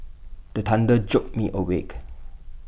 the thunder jolt me awake